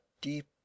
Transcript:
deep